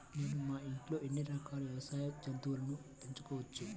నేను మా ఇంట్లో ఎన్ని రకాల వ్యవసాయ జంతువులను పెంచుకోవచ్చు?